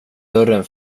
dörren